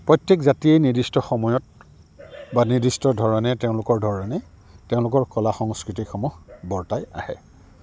প্ৰত্যেক জাতিয়েই নিৰ্দিষ্ট সময়ত বা নিৰ্দিষ্ট ধৰণে তেওঁলোকৰ ধৰণে তেওঁলোকৰ কলা সংস্কৃতিসমূহ বৰ্তাই আহে